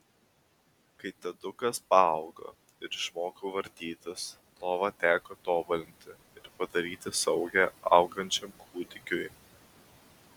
kai tadukas paaugo ir išmoko vartytis lovą teko tobulinti ir padaryti saugią augančiam kūdikiui